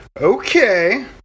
Okay